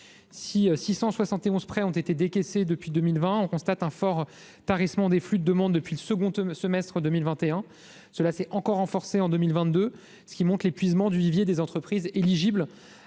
Si 671 prêts ont été décaissés depuis 2020, on constate un fort tarissement des flux de demandes depuis le second semestre 2021. Cette tendance s'est encore renforcée en 2022, ce qui montre l'épuisement du vivier des entreprises éligibles